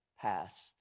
past